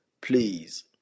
please